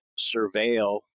surveil